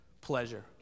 pleasure